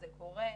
זה קורה.